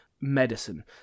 medicine